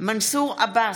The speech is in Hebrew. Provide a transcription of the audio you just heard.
מנסור עבאס,